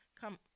Come